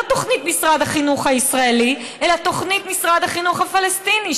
תוכנית משרד החינוך הישראלי אלא תוכנית משרד החינוך הפלסטיני,